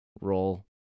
roll